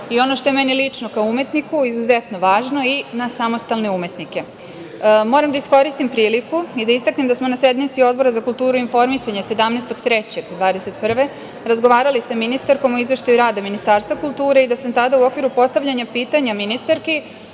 i ono što je meni lično kao umetniku izuzetno važno i na samostalne umetnike. Moram da iskoristim priliku i da istaknem da smo na sednici Odbora za kulturu i informisanje 17. marta 2021. godine razgovarali sa ministarkom o Izveštaju rada Ministarstva kulture i da sam tada u okviru postavljanja pitanja ministarki